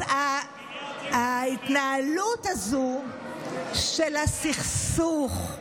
אז ההתנהלות הזו של הסכסוך,